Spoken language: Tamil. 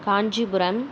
காஞ்சிபுரம்